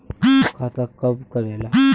खाता कब करेला?